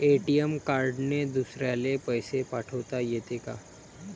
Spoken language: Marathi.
ए.टी.एम कार्डने दुसऱ्याले पैसे पाठोता येते का?